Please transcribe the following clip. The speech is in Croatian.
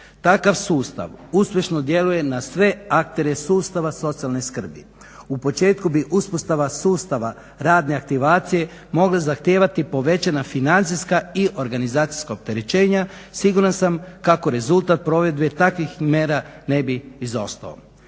Takav sustav uspješno djeluje na sve aktere sustava socijalne skrbi. U početku bi uspostava sustava radne aktivacije mogla zahtijevati povećana financijska i organizacijska opterećenja. Siguran sam kako rezultat provedbe takvih mjera ne bi izostao.